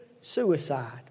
suicide